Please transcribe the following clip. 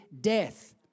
death